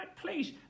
Please